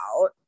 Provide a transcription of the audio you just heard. out